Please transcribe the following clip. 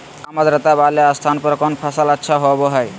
काम आद्रता वाले स्थान पर कौन फसल अच्छा होबो हाई?